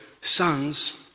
sons